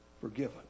Forgiven